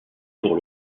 pour